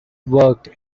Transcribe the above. worked